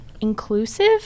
inclusive